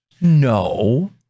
No